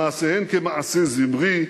שמעשיהם כמעשה זמרי,